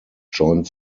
joined